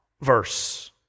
verse